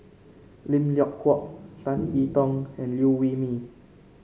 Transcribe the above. Lim Leong Geok Tan I Tong and Liew Wee Mee